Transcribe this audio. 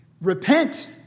Repent